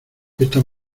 esta